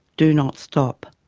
do not stop.